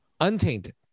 Untainted